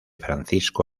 francisco